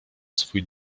swój